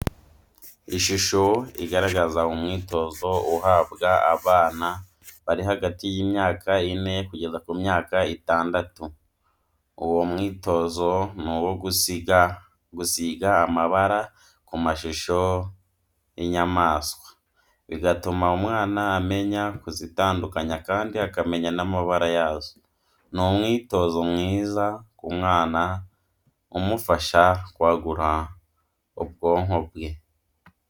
Ishusho igaragaza umwitozo uhabwa abana bari hagati y'imyaka ine kugera ku myaka itandatu, uwo mwitozo ni uwo gusiga amabara ku mashusho y'inyamaswa, bigatuma umwana amenya kuzitandukanya kandi akamenya n'amabara yazo. Ni umwitozo mwiza ku mwana umufasha kwagura ubwonko bwe.